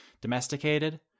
domesticated